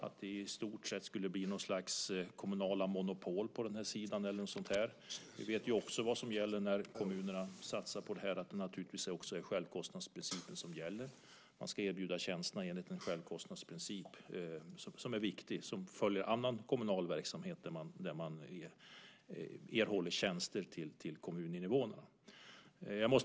När det gäller att det skulle bli något slags kommunala monopol på den här sidan vet vi vad som gäller när kommunerna satsar på det här, att det naturligtvis är självkostnadsprincipen som gäller. Man ska erbjuda tjänsterna enligt en självkostnadsprincip. Det är viktigt. Det gäller annan kommunal verksamhet när man erbjuder kommuninvånarna tjänster.